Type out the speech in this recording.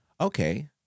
Okay